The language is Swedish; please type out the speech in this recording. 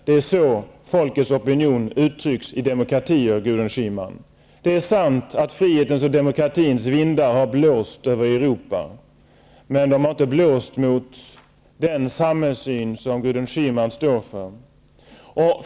Det är så folkets opinion i demokratier uttrycks, Gudrun Det är sant att frihetens och demokratins vindar har blåst över Europa, men de har inte blåst mot den samhällssyn som Gudrun Schyman står för.